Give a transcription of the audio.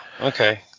okay